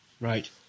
Right